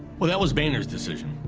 well, that was boehner's decision,